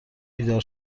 بیدار